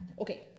Okay